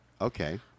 Okay